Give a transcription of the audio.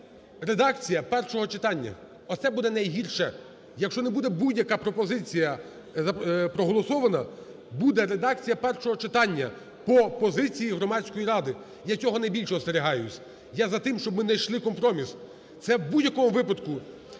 редакція першого читання. Оце буде найгірше. Якщо не буде будь-яка пропозиція проголосована, буде редакція першого читання по позиції громадської ради, я цього найбільше остерігаюсь. За те, щоб ми знайшли компроміс, це в будь-якому випадку…